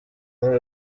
muri